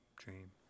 dream